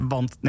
Want